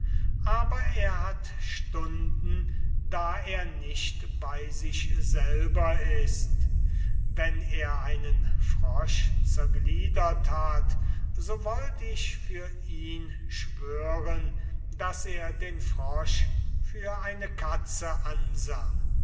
aber er hat stunden wo er nicht bei sich selber ist wenn er einen frosch zergliedert hat so wollt ich für ihn schwören daß er den frosch für eine katze ansah